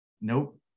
Nope